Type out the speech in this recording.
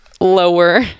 Lower